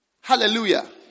Hallelujah